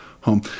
home